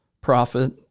prophet